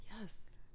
yes